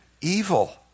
Evil